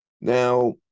Now